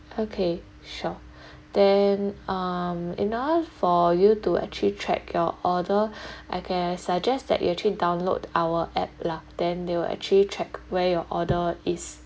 okay sure then um in order for you to actually track your order I can suggest that you actually download our app lah then they will actually track where your order is